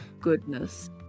goodness